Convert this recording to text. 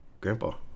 Grandpa